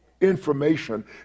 information